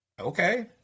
okay